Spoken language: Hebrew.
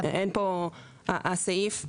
אין פה, הסעיף,